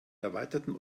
erweiterten